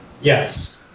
Yes